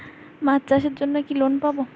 মাছ চাষের জন্য কি লোন পাব?